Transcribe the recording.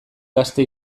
gazte